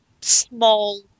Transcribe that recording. small